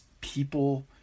people